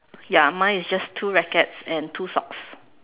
ya mine is just two rackets and two socks